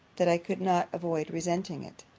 that i could not avoid resenting it.